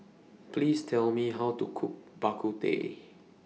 Please Tell Me How to Cook Bak Kut Teh